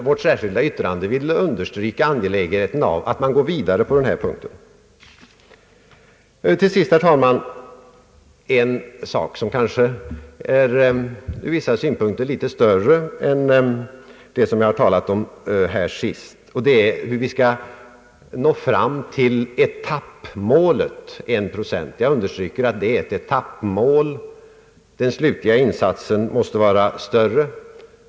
Vårt särskilda yttrande vill understryka angelägenheten av att man går vidare på den vägen. Till sist, herr talman, skall jag beröra en sak som ur vissa synpunkter är litet större än det jag senast har tagit upp, nämligen hur vi skall kunna nå fram till etappmålet 1 procent. Jag understryker att det är ett etappmål. Den slutliga insatsen måste vara större.